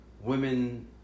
women